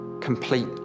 complete